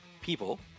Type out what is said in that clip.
people